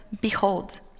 Behold